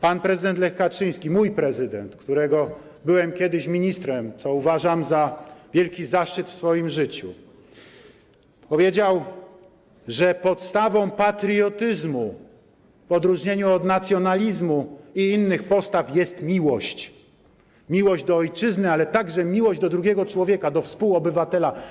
Pan prezydent Lech Kaczyński, mój prezydent, prezydent, którego byłem kiedyś ministrem, co uważam za wielki zaszczyt, którego dostąpiłem w swoim życiu, powiedział, że podstawą patriotyzmu w odróżnieniu od nacjonalizmu i innych postaw jest miłość - miłość do Ojczyzny, ale także do drugiego człowieka, do współobywatela.